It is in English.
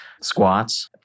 squats